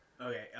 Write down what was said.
Okay